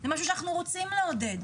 זה משהו שאנחנו רוצים לעודד.